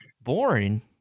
Boring